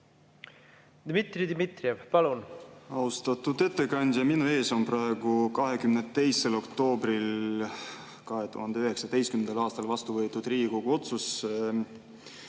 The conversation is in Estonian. Dmitri Dmitrijev, palun! Austatud ettekandja! Minu ees on praegu 22. oktoobril 2019. aastal vastu võetud Riigikogu otsus,